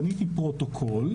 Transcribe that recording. בניתי פרוטוקול,